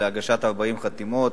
להגשת 40 חתימות,